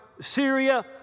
Syria